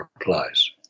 applies